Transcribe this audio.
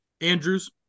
Andrews